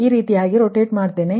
ಆದುದರಿಂದ ನಾನು ಇದನ್ನು ತಿರುಗಿಸುತ್ತೇನೆ